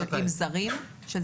של זרים?